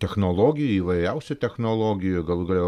technologijų įvairiausių technologijų ir galų gale